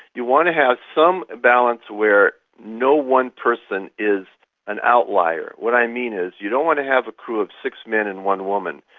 you want to have some balance where no one person is an outlier. what i mean is you don't want to have a crew of six men and one woman,